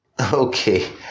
Okay